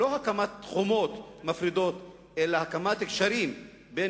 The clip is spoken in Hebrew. לא הקמת חומות מפרידות אלא הקמת גשרים בין